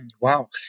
wow